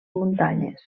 muntanyes